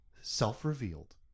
self-revealed